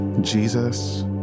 Jesus